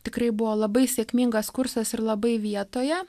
tikrai buvo labai sėkmingas kursas ir labai vietoje